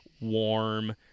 warm